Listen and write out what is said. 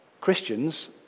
Christians